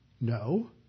No